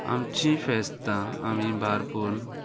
आमची फेस्तां आमी बारपून